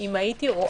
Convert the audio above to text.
אם הייתי רואה